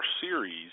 series